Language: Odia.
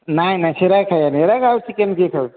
ନାଇ ନାଇ ସେରା ଖାଇବାନି ସେରା ଆଉ ଚିକେନ୍ କିଏ ଖାଉଛି